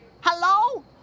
Hello